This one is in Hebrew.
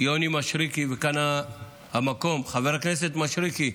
יוני מישרקי, וכאן המקום, חבר הכנסת מישרקי,